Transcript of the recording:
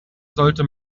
sollte